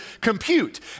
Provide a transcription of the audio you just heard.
compute